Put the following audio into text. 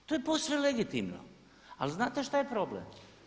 To je posve legitimno ali znate šta je problem?